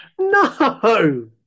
No